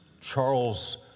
Charles